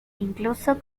incluso